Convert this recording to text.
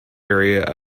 area